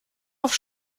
auf